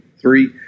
three